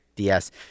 Yes